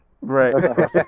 Right